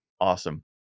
Awesome